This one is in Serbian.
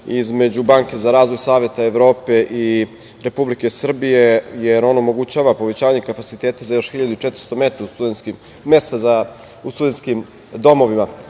između Banke za razvoj Saveta Evrope i Republike Srbije, jer on omogućava povećanje kapaciteta za još 1.400 mesta u studentskim domovima